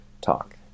talk